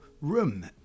room